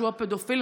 שהוא הפדופיל,